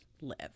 live